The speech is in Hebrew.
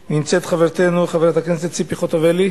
שלה נמצאת חברתנו חברת הכנסת ציפי חוטובלי,